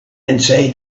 inside